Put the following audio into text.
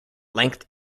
length